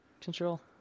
Control